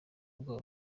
bwa